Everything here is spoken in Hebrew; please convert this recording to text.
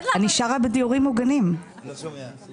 אני לגמרי מבין אותם.